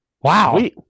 Wow